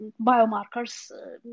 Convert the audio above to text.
biomarkers